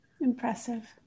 impressive